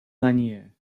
lanier